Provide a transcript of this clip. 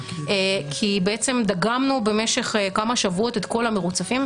כי בעצם דגמנו במשך כמה שבועות את כל המרוצפים,